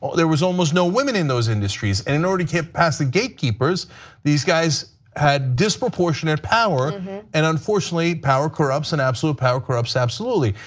there was almost no one women in those industries and in order to get past the gatekeepers these guys had disproportionate power and unfortunately power corrupts and absolute power corrupts absolutely.